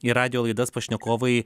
į radijo laidas pašnekovai